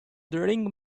drilling